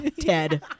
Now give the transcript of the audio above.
Ted